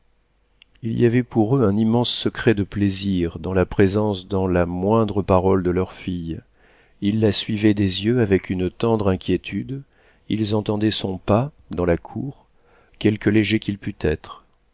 il y avait pour eux un immense secret de plaisir dans la présence dans la moindre parole de leur fille ils la suivaient des yeux avec une tendre inquiétude ils entendaient son pas dans la cour quelque léger qu'il pût être